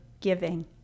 giving